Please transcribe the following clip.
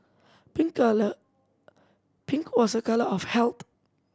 pink colour pink was a colour of health